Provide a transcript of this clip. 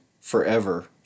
forever